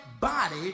body